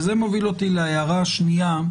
וזה מוביל אותי להערה השנייה,